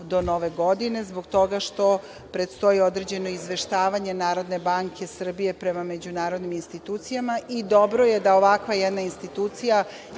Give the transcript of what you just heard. do Nove godine, zbog toga što predstoji određeno izveštavanje Narodne banke Srbije prema međunarodnim institucijama i dobro je da ovakva jedna institucija